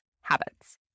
habits